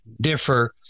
differ